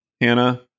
Hannah